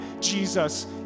Jesus